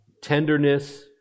tenderness